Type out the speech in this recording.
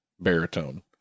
baritone